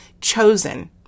Chosen